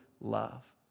love